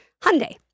Hyundai